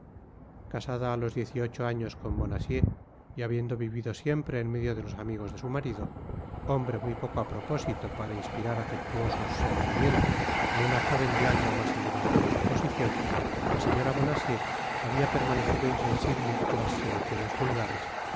casada á los diez y ocho años con bonacieux y habiendo vivido siempre en medio de los amigos de su marido hombre muy poco á propósito para inspirar afectuosos sentimientos á una jóven de alma mas etevada que su posicion la señora bonacieux habia permanecido insensible á las seducciones vulgares